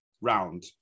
round